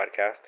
podcast